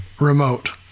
remote